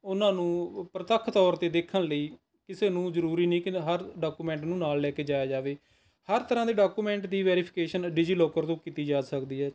ਉਹਨਾਂ ਨੂੰ ਪ੍ਰਤੱਖ ਤੌਰ 'ਤੇ ਦੇਖਣ ਲਈ ਕਿਸੇ ਨੂੰ ਜ਼ਰੂਰੀ ਨਹੀਂ ਕਿ ਹਰ ਡਾਕੂਮੈਂਟ ਨੂੰ ਨਾਲ ਲੈ ਕੇ ਜਾਇਆ ਜਾਵੇ ਹਰ ਤਰ੍ਹਾਂ ਦੇ ਡਾਕੂਮੈਂਟ ਦੀ ਵੇਰੀਫੀਕੇਸ਼ਨ ਡਿਜ਼ੀਲੌਕਰ ਤੋਂ ਕੀਤੀ ਜਾ ਸਕਦੀ ਹੈ